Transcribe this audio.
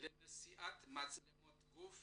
לנשיאת מצלמות גוף